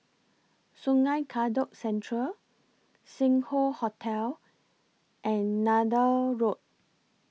Sungei Kadut Central Sing Hoe Hotel and Neythal Road